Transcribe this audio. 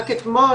רק אתמול,